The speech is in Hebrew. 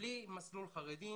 בלי מסלול חרדים.